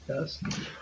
yes